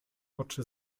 oczy